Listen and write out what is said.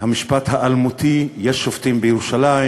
המשפט האלמותי "יש שופטים בירושלים"